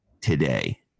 today